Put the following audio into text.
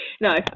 No